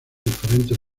diferentes